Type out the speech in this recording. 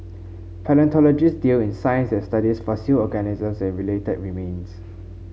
palaeontologists deal in science that studies fossil organisms and related remains